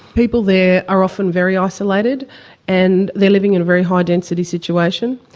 people there are often very isolated and they are living in a very high density situation.